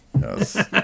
Yes